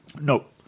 Nope